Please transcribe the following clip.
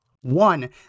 One